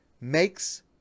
makes